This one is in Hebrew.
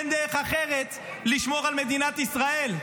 אין דרך אחרת לשמור על מדינת ישראל.